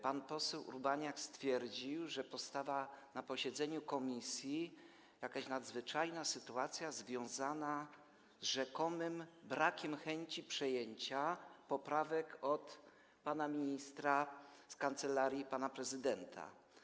Pan poseł Urbaniak stwierdził, że powstała na posiedzeniu komisji jakaś nadzwyczajna sytuacja związana z rzekomym brakiem chęci przejęcia poprawek od pana ministra z kancelarii pana prezydenta.